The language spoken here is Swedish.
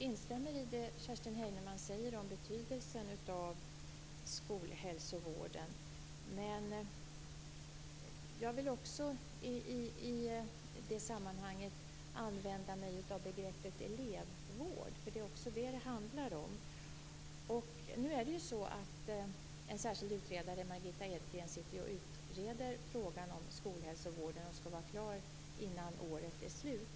Fru talman! Jag instämmer i det Kerstin Heinemann säger om betydelsen av skolhälsovården. Jag vill också i det sammanhanget använda mig av begreppet elevvård, som det också handlar om. En särskild utredare, Margitta Edgren, utreder nu frågan om skolhälsovården och skall vara klar innan året är slut.